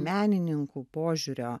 menininkų požiūrio